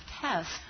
tests